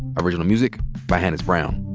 original music by hannis brown.